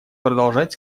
продолжать